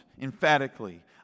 emphatically